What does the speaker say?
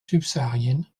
subsaharienne